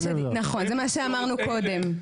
נכון, זה מה שאמרנו קודם.